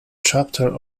chapter